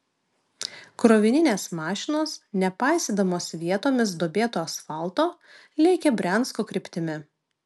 krovininės mašinos nepaisydamos vietomis duobėto asfalto lėkė briansko kryptimi